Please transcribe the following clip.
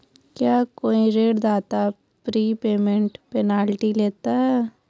क्या कोई ऋणदाता प्रीपेमेंट पेनल्टी लेता है?